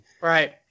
right